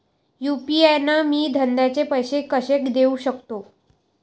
UPI न मी धंद्याचे पैसे कसे देऊ सकतो?